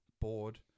bored